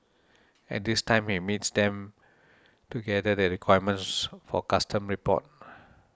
at this time he meets them to gather the requirements for custom report